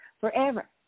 forever